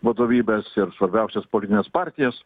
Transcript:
vadovybes ir svarbiausias politines partijas